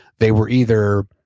they were either,